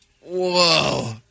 Whoa